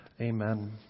Amen